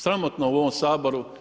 Sramotno u ovom Saboru.